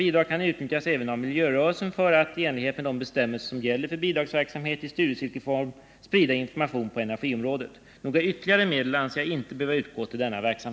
Vilka orter och företag i hela landet kommer i övrigt att påverkas av regeringens beslut i flygplansfrågan?